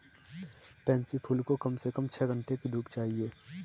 pansy फूल को कम से कम छह घण्टे की धूप चाहिए